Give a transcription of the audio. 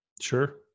Sure